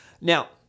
Now